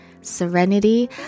Serenity